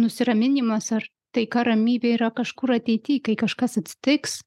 nusiraminimas ar taika ramybė yra kažkur ateity kai kažkas atsitiks